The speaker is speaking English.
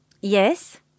Yes